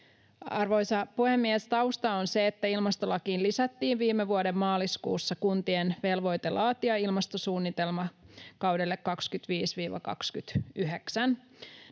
Arvoisa puhemies! Tausta on se, että ilmastolakiin lisättiin viime vuoden maaliskuussa kuntien velvoite laatia ilmastosuunnitelma kaudelle 25—29.